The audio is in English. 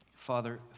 Father